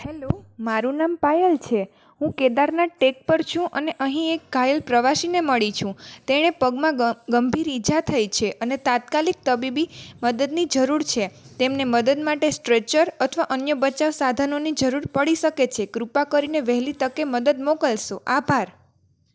hello મારું નામ પાયલ છે હું કેદારનાથ ટેક પર છું અને અહીં એક ઘાયલ પ્રવાસીને મળી છું તેણે પગમાં ગંભીર ઇજા થઇ છે અને તાત્કાલિક તબીબી મદદની જરૂર છે તેમને મદદ માટે સ્ટ્રેચર અથવા અન્ય બચાવ સાધનોની જરૂર પડી શકે છે કૃપા કરીને વહેલી તમે મદદ મોકલશો આભાર